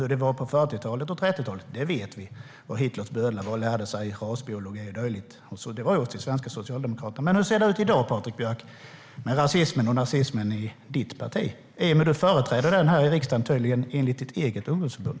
Hur det var på 30 och 40-talet vet vi, när Hitlers bödlar lärde sig rasbiologi och dylikt hos svenska socialdemokrater. Men hur ser det ut i dag med rasismen och nazismen i ditt parti, Patrik Björck? Du företräder rasismen här i riksdagen enligt ditt eget ungdomsförbund.